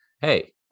Hey